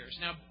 Now